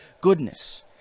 goodness